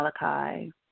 Malachi